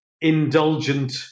indulgent